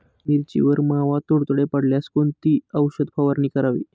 मिरचीवर मावा, तुडतुडे पडल्यास कोणती औषध फवारणी करावी?